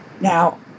Now